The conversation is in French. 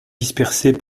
dispersés